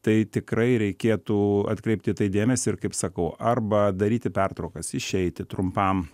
tai tikrai reikėtų atkreipti dėmesį ir kaip sakau arba daryti pertraukas išeiti trumpam